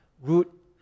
root